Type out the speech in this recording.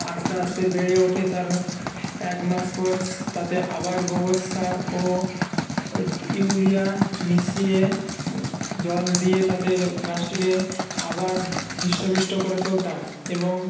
আস্তে আস্তে বেড়ে ওঠে তার এক মাস পর তাতে আবার গোবর সার ও ইউরিয়া মিশিয়ে জল দিয়ে তাতে গাছটিকে আবার হৃষ্ট পুষ্ট করে তুলতাম এবং